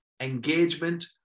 engagement